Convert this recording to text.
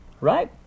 Right